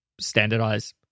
standardize